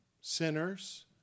sinners